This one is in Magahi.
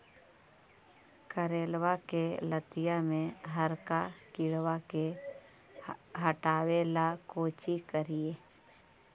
करेलबा के लतिया में हरका किड़बा के हटाबेला कोची करिए?